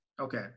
Okay